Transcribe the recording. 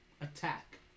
attack